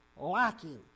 lacking